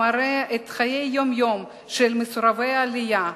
המראה את חיי היום-יום של מסורבי העלייה,